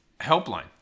helpline